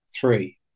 three